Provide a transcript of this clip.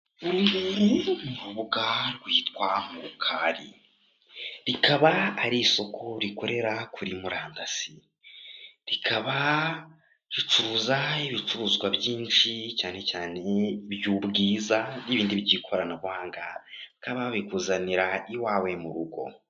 Urubuga rwitwa murukari rikaba ari isoko rikorera kuri murandasi rikaba ricuruza ibicuruzwa byinshi cyane cyaney'ubwiza n'ibindi by'ikoranabuhanga bakaba babikuzanira iwawe mu rugo.